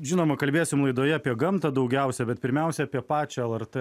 žinoma kalbėsim laidoje apie gamtą daugiausiai bet pirmiausia apie pačią lrt